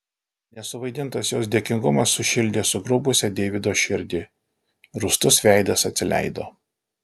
nesuvaidintas jos dėkingumas sušildė sugrubusią deivido širdį rūstus veidas atsileido